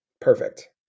perfect